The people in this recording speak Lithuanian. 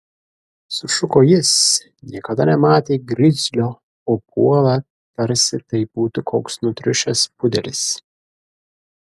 sušuko jis niekada nematė grizlio o puola tarsi tai būtų koks nutriušęs pudelis